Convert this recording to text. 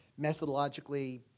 methodologically